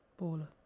Baller